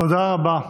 תודה רבה.